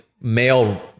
male